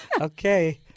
Okay